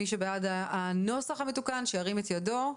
מי שבעד הנוסח המתוקן שירים את ידו.